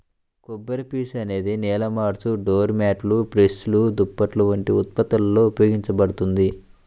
కొబ్బరిపీచు అనేది నేల మాట్స్, డోర్ మ్యాట్లు, బ్రష్లు, దుప్పట్లు వంటి ఉత్పత్తులలో ఉపయోగించబడుతుంది